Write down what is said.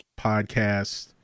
podcast